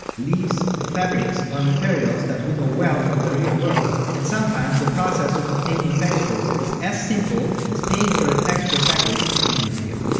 leaves, fabrics are materials that we know well from the real world and sometimes the process of obtaining textures is as simple as paying for a texture package and using it.